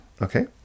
Okay